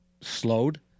slowed